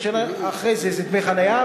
ובשנה אחרי זה זה דמי חניה,